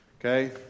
okay